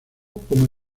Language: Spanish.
como